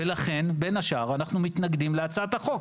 ולכן, בין השאר, אנחנו מתנגדים להצעת החוק.